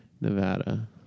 Nevada